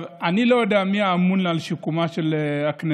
אני לא יודע מי אמון על שיקומה של הכנסת,